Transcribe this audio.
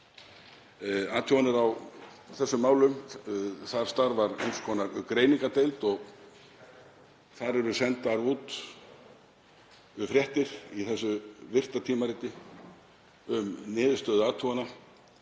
athuganir á þessum málum. Þar starfar eins konar greiningardeild og sendar eru út fréttir í þessu virta tímariti um niðurstöður athugana.